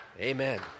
Amen